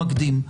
מקדים.